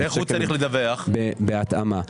בהתאמה.